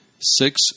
six